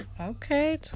Okay